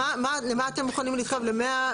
אז על מה אתם מוכנים להתחייב, ל-100 מיליון שקל?